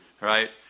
right